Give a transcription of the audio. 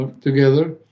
together